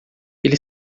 ele